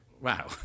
Wow